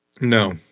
No